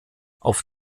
auf